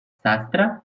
sastre